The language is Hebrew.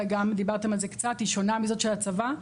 זה גם, דיברתם על זה קצת, היא שונה מזאת של הצבא.